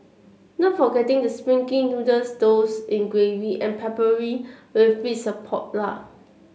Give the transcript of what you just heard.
not forgetting the springy noodles doused in gravy and peppered with bits of pork lard